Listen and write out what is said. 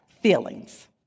feelings